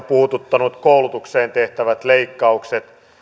puhututtaneet koulutukseen tehtävät leikkaukset